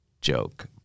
joke